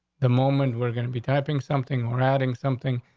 the moment we're going to be typing something, we're adding something.